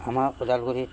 আমাৰ ওদালগুৰিত